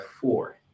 four